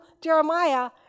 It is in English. Jeremiah